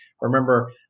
Remember